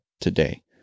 today